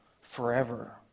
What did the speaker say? forever